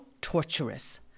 torturous